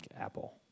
Apple